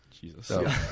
Jesus